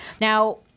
Now